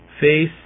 face